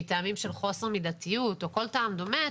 מטעמים של חוסר מידתיות או כל טעם דומה,